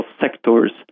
sectors